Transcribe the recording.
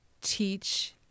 teach